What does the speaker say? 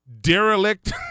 derelict